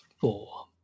Four